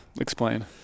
Explain